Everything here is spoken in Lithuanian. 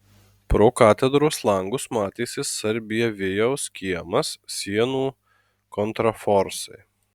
pro katedros langus matėsi sarbievijaus kiemas sienų kontraforsai